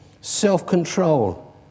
self-control